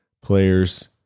players